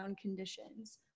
conditions